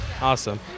Awesome